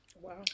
Wow